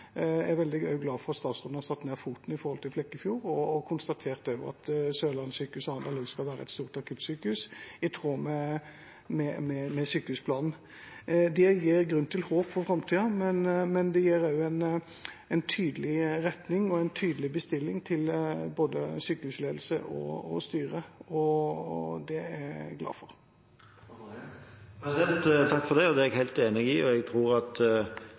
Jeg er veldig glad for at statsråden har satt ned foten når det gjelder Flekkefjord, og konstatert at Sørlandet sykehus Arendal også skal være et stort akuttsykehus, i tråd med sykehusplanen. Det gir grunn til håp for framtida, men det gir også en tydelig retning og en tydelig bestilling til både sykehusledelse og styre. Det er jeg glad for. Takk for det, det er jeg helt enig i. Jeg tror at